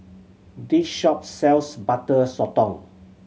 this shop sells Butter Sotong